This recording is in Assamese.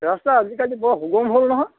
ৰাস্তা আজিকালি বৰ সুগম হ'ল নহয়